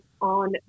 on